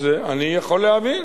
אני יכול להבין